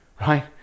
right